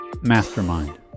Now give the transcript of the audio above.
mastermind